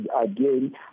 again